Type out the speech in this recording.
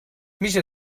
میشه